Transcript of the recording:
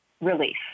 relief